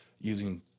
using